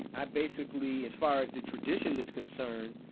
i basically, as far as the tradition is concerned,